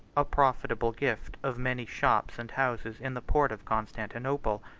a profitable gift of many shops and houses in the port of constantinople,